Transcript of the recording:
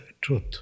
Truth